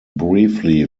briefly